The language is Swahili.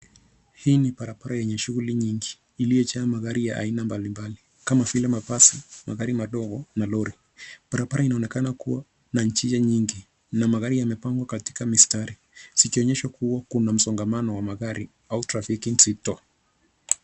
Hii ni barabara yenye shughuli nyingi iliyojaa magari ya aina mbalimbali kama vile mabasi, magari madogo na lori. Barabara inaonekana kuwa na njia nyingi na magari yamepangwa katika mistari zikionyesha kuwa kuna msongamano wa magari au trafiki nzito.